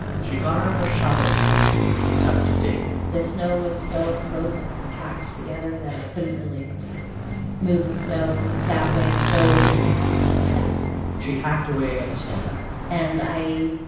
she got out her shovel and started to dig the snow was so frozen and packed together that i couldn't really move the snow that way. so i had my ice axe she hacked away at the snow pack and i